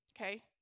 okay